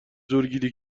زورگیری